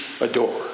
adore